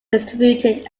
distributed